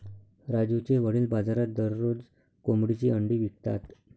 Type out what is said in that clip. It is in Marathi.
राजूचे वडील बाजारात दररोज कोंबडीची अंडी विकतात